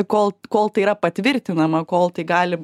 kol kol tai yra patvirtinama kol tai gali